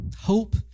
Hope